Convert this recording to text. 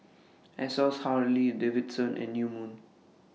Asos Harley Davidson and New Moon